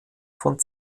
von